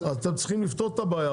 אתם צריכים לפתור את הבעיה,